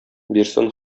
бирсен